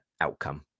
outcome